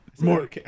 more